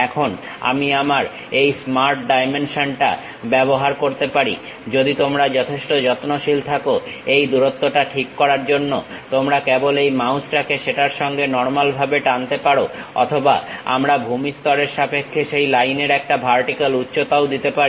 এখন আমি আমার এই স্মার্ট ডাইমেনশনটা ব্যবহার করতে পারি যদি তোমরা যথেষ্ট যত্নশীল থাকো এই দূরত্বটা ঠিক করার জন্য তোমরা কেবল এই মাউসটাকে সেটার সঙ্গে নর্মাল ভাবে টানতে পারো অথবা আমরা ভূমি স্তরের সাপেক্ষে সেই লাইনের একটা ভার্টিক্যাল উচ্চতাও দিতে পারি